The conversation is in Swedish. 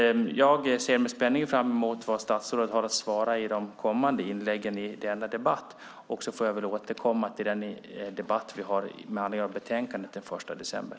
Jag ser med spänning fram emot vad statsrådet har att svara i de kommande inläggen i denna debatt. Jag får återkomma i den debatt som vi har med anledningen av betänkandet den 1 december.